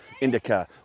indica